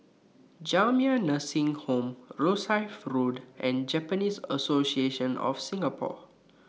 Jamiyah Nursing Home Rosyth Road and Japanese Association of Singapore